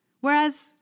Whereas